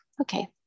okay